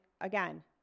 Again